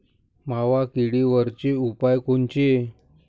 मावा किडीवरचे उपाव कोनचे?